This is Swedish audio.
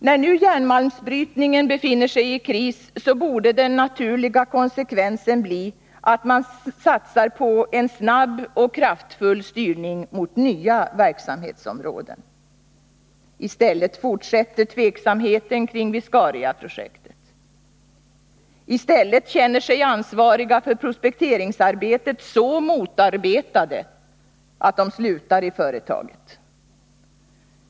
När nu järnmalmsbrytningen befinner sig i kris, så borde den naturliga konsekvensen bli att man satsar på en snabb och kraftfull styrning mot nya verksamhetsområden. I stället fortsätter tveksamheten kring viscariaprojektet, i stället känner sig ansvariga för prospekteringsarbetet så motarbetade att de slutar i företaget.